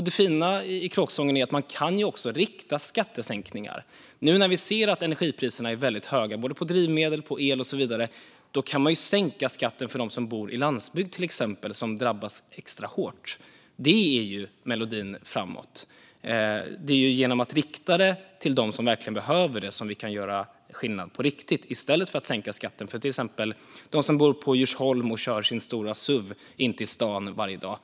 Det fina i kråksången är att man också kan rikta skattesänkningar. Nu när vi ser att energipriserna är väldigt höga på drivmedel, el och så vidare kan man därför sänka skatten till exempel för dem som bor i landsbygd och drabbas extra hårt. Det är melodin framåt. Det är genom att rikta skattesänkningar till dem som verkligen behöver det som vi kan göra skillnad på riktigt, i stället för att sänka skatten för till exempel dem som bor i Djursholm och kör sin stora suv in till staden varje dag.